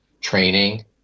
training